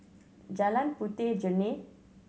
Jalan Puteh Jerneh